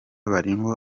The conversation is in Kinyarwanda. barimo